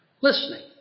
listening